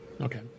okay